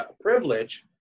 privilege